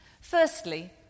Firstly